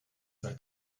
seit